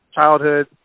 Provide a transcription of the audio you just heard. childhood